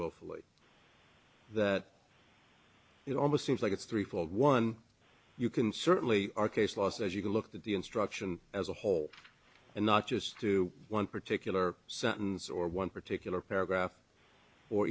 willfully it almost seems like it's three fold one you can certainly our case law says you can look at the instruction as a whole and not just to one particular sentence or one particular paragraph or